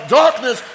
darkness